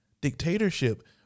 dictatorship